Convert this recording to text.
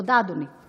תודה, אדוני.